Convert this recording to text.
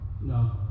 no